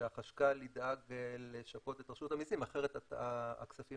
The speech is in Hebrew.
שהחשכ"ל ידאג לשפות את רשות המיסים אחרת הכספים